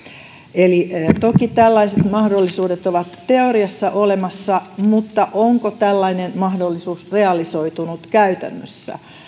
toki tällaiset mahdollisuudet ovat teoriassa olemassa mutta onko tällainen mahdollisuus realisoitunut käytännössä